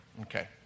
okay